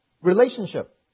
relationship